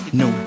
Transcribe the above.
no